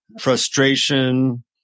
Frustration